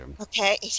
Okay